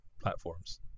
platforms